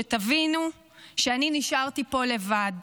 שתבינו שאני נשארתי פה לבד,